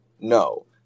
No